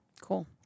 Cool